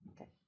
Okay